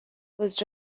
was